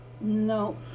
No